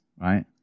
right